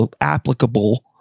applicable